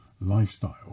lifestyle